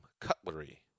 cutlery